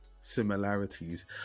similarities